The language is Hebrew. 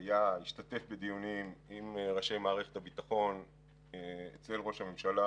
השתתף בדיונים עם ראשי מערכת הביטחון אצל ראש הממשלה,